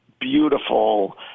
beautiful